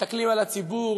מסתכלים על הציבור,